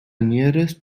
nearest